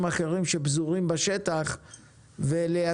דברים לטובת הכלל בלי לפגוע בוותיקים ובקניין שלהם.